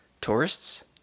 tourists